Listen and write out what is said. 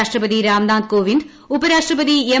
രാഷ്ട്രപതി രാർ നാഥ് കോവിന്ദ് ഉപരാഷ്ട്രപതി എം